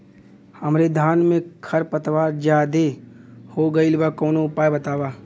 हमरे धान में खर पतवार ज्यादे हो गइल बा कवनो उपाय बतावा?